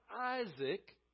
Isaac